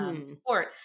support